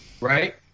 Right